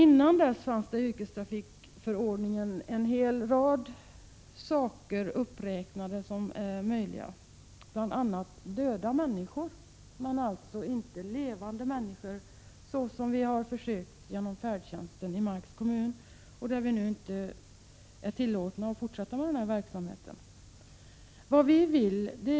Redan dessförinnan hade det också tillförts en hel rad andra transportalternativ som kan utföras enligt yrkestrafikförordningen. Bl. a. är det möjligt att genom färdtjänsten frakta döda människor — däremot inte levande människor på det sätt som vi prövat i Marks kommun men inte längre tillåts göra.